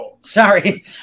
Sorry